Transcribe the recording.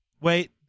Wait